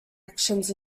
actions